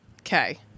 Okay